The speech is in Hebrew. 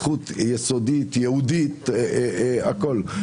זכות יסודית, יהודית הכול.